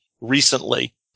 recently